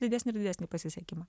didesnį ir didesnį pasisekimą